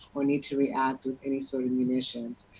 or need to react with any sort of munitions.